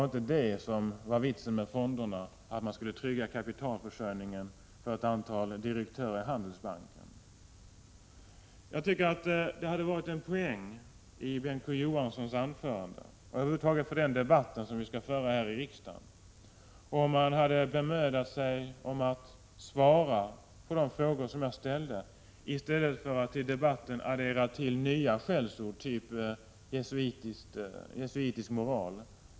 Vitsen med fonderna var väl inte att man skulle trygga kapitalförsörjningen för ett antal direktörer i Handelsbanken? Det hade varit en poäng i Bengt K. Å. Johanssons inlägg och för den fortsatta debatten här i riksdagen om han hade bemödat sig om att svara på de frågor som jag ställde i stället för att addera nya skällsord av typen jesuitisk moral till debatten.